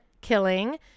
killing